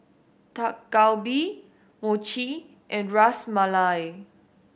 Dak Galbi Mochi and Ras Malai